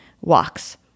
walks